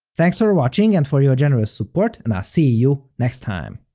thanks for watching and for your generous support, and i'll see you next time!